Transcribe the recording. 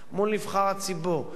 מול נבחר הציבור,